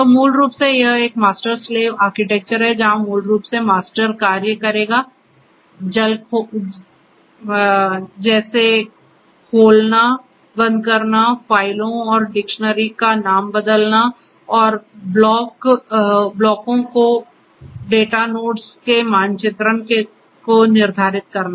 तो मूल रूप से यह एक मास्टर स्लेव आर्किटेक्चर है जहां मूल रूप से मास्टर कार्य करेगा जैसे खोलना बंद करना फ़ाइलों और डिक्शनरी का नाम बदलना और ब्लॉकों को डेटा नोड्स के मानचित्रण को निर्धारित करना